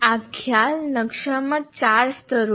આ ખ્યાલ નકશામાં 4 સ્તરો છે